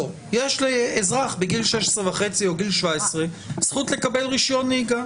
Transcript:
יש לאזרח בגיל 16.5 או גיל 17 זכות לקבל רישיון נהיגה.